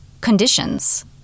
conditions